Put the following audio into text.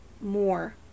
more